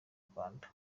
rwanda